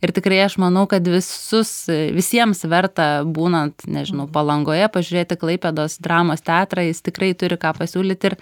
ir tikrai aš manau kad visus visiems verta būnant nežinau palangoje pažiūrėti klaipėdos dramos teatrą jis tikrai turi ką pasiūlyti ir